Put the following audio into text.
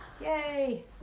Yay